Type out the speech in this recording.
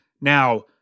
Now